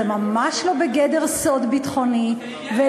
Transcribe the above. זה ממש לא בגדר סוד ביטחוני, זה עניין עקרוני.